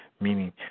meaning